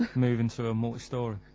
move into a multistory